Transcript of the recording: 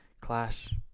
clash